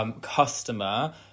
customer